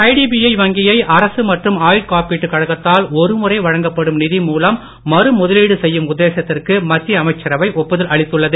IDBI வங்கியை அரசு மற்றும் ஆயுட்காப்பீட்டுக் கழகத்தால் ஒருமுறை வழங்கப்படும் நிதி மூலம் மறு முதலீடு செய்யும் உத்தேசத்திற்கு மத்திய அமைச்சரவை ஒப்புதல் அளித்துள்ளது